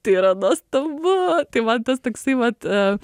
tai yra nuostabu tai man tas toksai vat